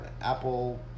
Apple